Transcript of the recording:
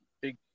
big